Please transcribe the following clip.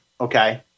Okay